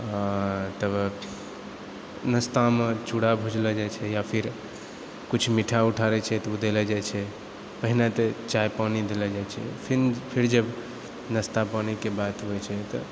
तब नस्तामे चूड़ा भुजलऽ जाइ छै या फिर किछु मीठा उठा रहै छै तऽ ओ देलऽ जाइ छै पहिने तऽ चाइ पानी देलऽ जाइ छै फिर जब नस्ता पानीके बात होइ छै तऽ